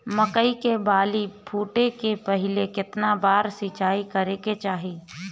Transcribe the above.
मकई के बाली फूटे से पहिले केतना बार सिंचाई करे के चाही?